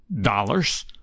dollars